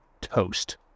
toast